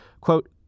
Quote